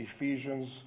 Ephesians